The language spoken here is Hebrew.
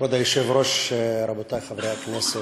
כבוד היושב-ראש, רבותי חברי הכנסת,